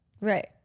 Right